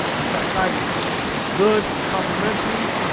it's that side dish good complementary